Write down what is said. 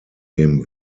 dem